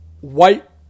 white